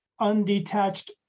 undetached